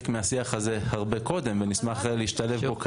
מהשיח הזה הרבה קודם ונשמח להשתלב בו כעת.